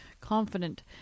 confident